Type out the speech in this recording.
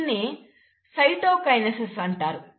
దీనిని సైటోకైనెసిస్ అంటారు